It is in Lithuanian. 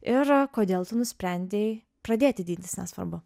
ir kodėl tu nusprendei pradėti dydis nesvarbu